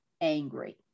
angry